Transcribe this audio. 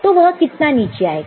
तो वह कितना नीचे आएगा